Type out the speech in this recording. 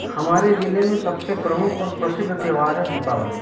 हमारे ज़िले में सब से प्रमुख और प्रसिद्ध त्यौहार है दीपावली